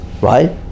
right